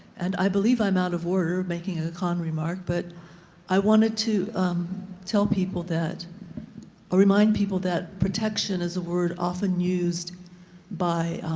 and i believe i'm out of order making a con remark, but i wanted to tell people that or remind people that protection is a word often used by